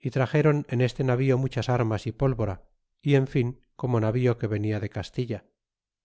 y traxeron en este navío muchas armas y pólvora y en fin como navío que venia de castilla